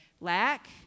lack